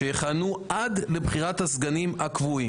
שיכהנו עד לבחירת הסגנים הקבועים.